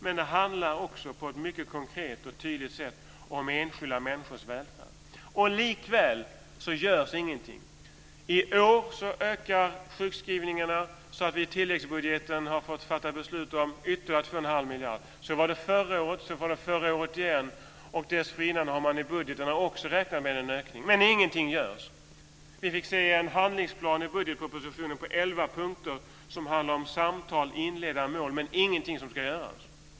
Men det handlar också på ett mycket konkret och tydligt sätt om enskilda människors välfärd. Likväl görs ingenting. I år ökar sjukskrivningarna så att vi i tilläggsbudgeten har fått fatta beslut om ytterligare 2 1⁄2 miljard. Men ingenting görs.